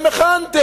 נכון.